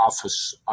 Office